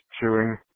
chewing